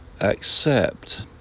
accept